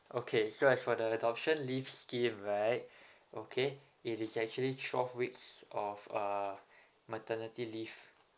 okay so as for the adoption leave scheme right okay it is actually twelve weeks of uh maternity leave